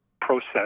process